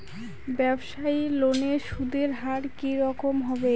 ব্যবসায়ী লোনে সুদের হার কি রকম হবে?